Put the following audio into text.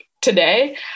today